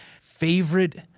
Favorite